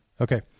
Okay